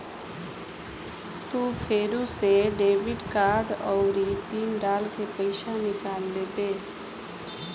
तू फेरू से डेबिट कार्ड आउरी पिन डाल के पइसा निकाल लेबे